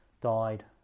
died